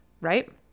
right